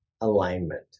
alignment